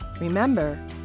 Remember